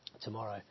tomorrow